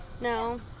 No